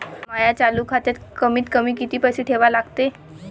माया चालू खात्यात कमीत कमी किती पैसे ठेवा लागते?